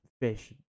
fish